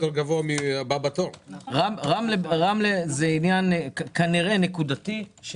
רמלה זה כנראה עניין נקודתי.